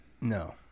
No